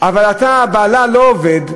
אבל בעלה לא עובד,